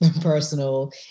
personal